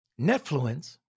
Netfluence